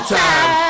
time